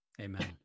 amen